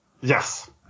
Yes